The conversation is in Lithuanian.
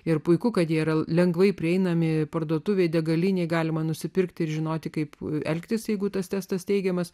ir puiku kad jie yra lengvai prieinami parduotuvėje degalinėje galima nusipirkti ir žinoti kaip elgtis jeigu tas testas teigiamas